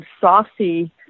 saucy